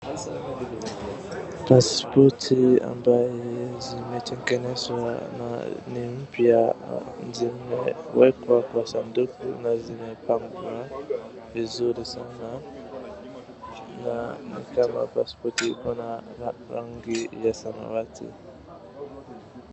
Paspoti ambaye zimetengenezwa na ni mpya zimewekwa kwa sanduku na zimepangwa vizuri sana na ni kama paspoti iko na rangi ya samawati.